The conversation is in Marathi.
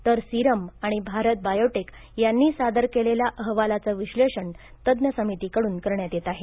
तर सिरम आणि भारत बायोटेक यांनी सादर केलेला अहवालाचं विश्लेषण तज्ञ समितीकडून करण्यात येत आहे